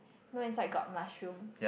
no inside got mushroom